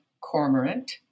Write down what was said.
cormorant